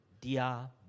Dia